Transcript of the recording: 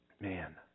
man